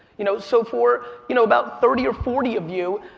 you know so for you know about thirty or forty of you,